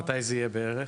מתי זה יהיה בערך?